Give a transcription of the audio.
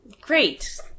Great